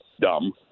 dumb